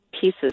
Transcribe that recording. pieces